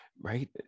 right